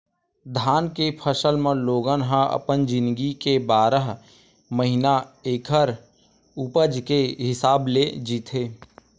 धान के फसल म लोगन ह अपन जिनगी के बारह महिना ऐखर उपज के हिसाब ले जीथे